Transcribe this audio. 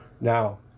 Now